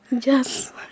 Yes